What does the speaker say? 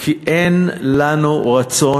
כי אין לנו רצון